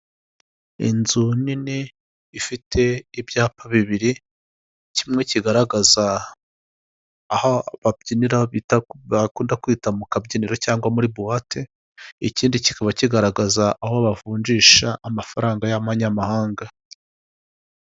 Inzu nini ifite ibyapa bibiri, kimwe kigaragaza aho babyinira bita bakunda kwita mu kabyiniro cyangwa muri buwate, ikindi kikaba kigaragaza aho bavunjisha amafaranga y'amanyamahanga.